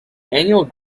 annual